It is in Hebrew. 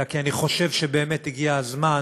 אלא כי אני חושב שבאמת הגיע הזמן